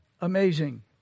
Amazing